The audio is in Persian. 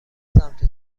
سمت